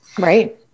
Right